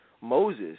Moses